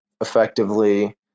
effectively